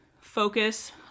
focus